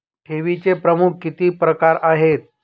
ठेवीचे प्रमुख किती प्रकार आहेत?